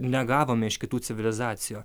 negavome iš kitų civilizacijų